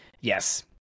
Yes